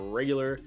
regular